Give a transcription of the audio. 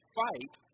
fight